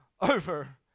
over